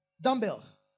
dumbbells